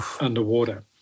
underwater